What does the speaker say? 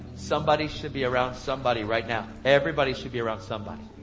somebody should be around somebody right now. everybody should be around somebody.